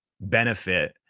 benefit